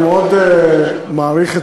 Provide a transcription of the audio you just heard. אני מאוד מעריך את